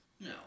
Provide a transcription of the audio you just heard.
No